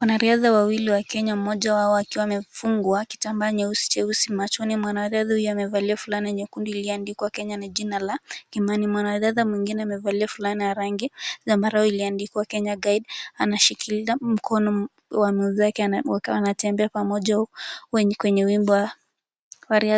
Wanariadha wawili wa Kenya mmoja wao akiwa amefungwa kitambaa nyeusi machoni, mwanariadha huyo amevalia fulana nyekundu iliyoandikwa Kenya na jina la Kimani, mwanariadha mwingine amevalia fulana ya rangi zambarau na iliyoandikwa Kenya guide anashikilia mkono wa mwenzake wakiwa wanatembea pamoja kwenye nyumba